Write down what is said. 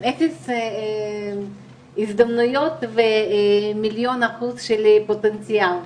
אפס הזדמנויות ומיליון אחוז פוטנציאל,